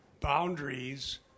boundaries